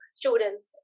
students